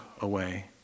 away